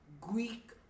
greek